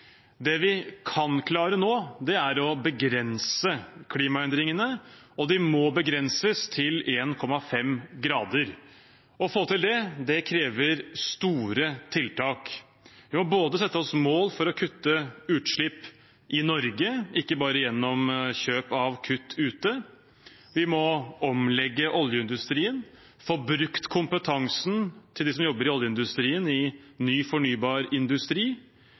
Det vi kan klare nå, er å begrense klimaendringene, og de må begrenses til 1,5 grader. Å få til det krever store tiltak. Vi må sette oss mål for å kutte utslipp i Norge, ikke bare gjennom kjøp av kutt ute. Vi må legge om oljeindustrien, få brukt kompetansen til dem som jobber i oljeindustrien, i ny fornybar industri,